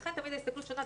ולכן תמיד ההסתכלות שונה,